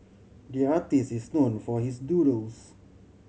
the artist is known for his doodles